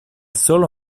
solo